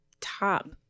top